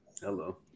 Hello